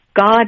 God